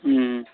ও